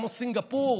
כמו סינגפור.